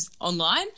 online